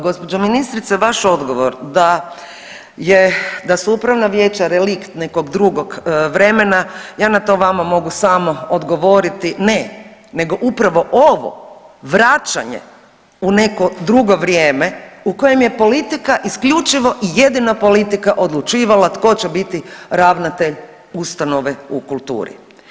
Gospođo ministrice vaš odgovor da su upravna vijeća relikt nekog drugog vremena ja na to vama mogu samo odgovoriti, ne nego upravo ovo vraćanje u neko drugo vrijeme u kojem je politika isključivo i jedina politika odlučivala tko će biti ravnatelj ustanove u kulturi.